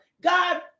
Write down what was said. god